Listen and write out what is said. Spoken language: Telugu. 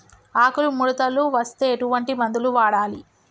ఆకులు ముడతలు వస్తే ఎటువంటి మందులు వాడాలి?